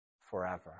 forever